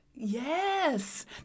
Yes